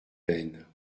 peine